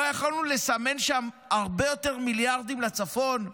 לא יכולנו לסמן שם הרבה יותר מיליארדים לצפון?